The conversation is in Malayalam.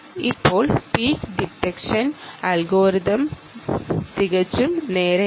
ഇപ്പോൾ പീക്ക് ഡിറ്റക്ഷൻ അൽഗോരിതംസ് തികച്ചും ലളിതമാണ്